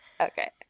okay